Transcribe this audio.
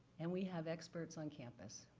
and we have experts on campus,